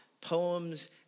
poems